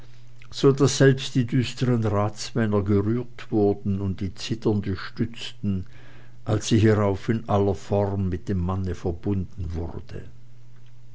so daß selbst die düstern ratsmänner gerührt wurden und die zitternde stützten als sie hierauf in aller form mit dem manne verbunden wurde